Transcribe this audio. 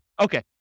Okay